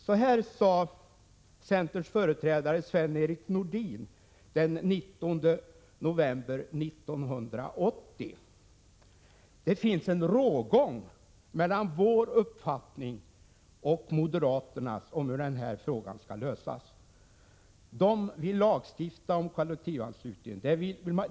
Så här sade centerns företrädare Sven-Erik Nordin den 19 november 1980: ”——— det finns en rågång mellan vår uppfattning och moderaternas om hur den här frågan skall lösas. Som jag sade inledningsvis vill moderaterna lagstifta mot kollektivanslutningen.